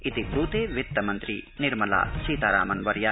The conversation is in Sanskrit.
इति ब्रूते वित्तमन्त्री निर्मलासीतारामन्वर्या